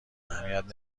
اهمیت